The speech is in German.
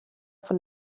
von